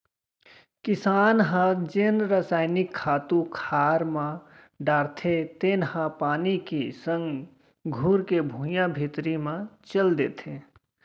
किसान ह जेन रसायनिक खातू खार म डारथे तेन ह पानी के संग घुरके भुइयां भीतरी म चल देथे